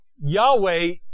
Yahweh